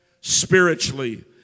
spiritually